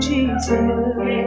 Jesus